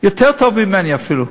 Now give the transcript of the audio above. יותר טוב ממני אפילו,